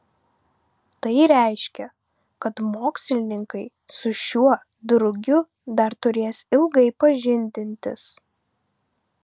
tai reiškia kad mokslininkai su šiuo drugiu dar turės ilgai pažindintis